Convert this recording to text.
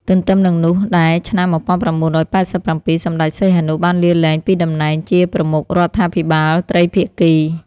ទន្ទឹមនឹងនោះដែរឆ្នាំ ១៩៨៧ សម្តេច សីហនុ បានលាលែងពីដំណែងជាប្រមុខរដ្ឋាភិបាលត្រីភាគី។